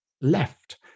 left